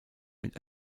mit